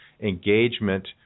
engagement